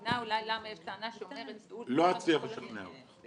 מבינה אולי שיש טענה שאומרת --- לא אצליח לשכנע אותך.